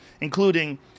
including